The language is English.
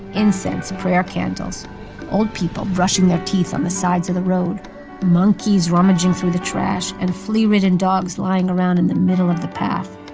incense, prayer candles old people brushing their teeth on the sides of the road monkeys rummaging through the trash and flea-ridden dogs lying around in the middle of the path.